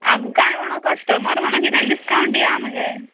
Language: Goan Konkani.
आमकांय म्हणोन कश्टमर म्हणोन किदें डिसकावंट दिया मगे